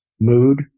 mood